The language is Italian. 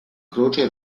croce